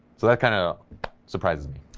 that kind of surprises me,